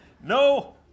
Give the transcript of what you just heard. no